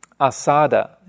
asada